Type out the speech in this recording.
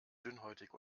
dünnhäutig